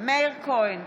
מאיר כהן,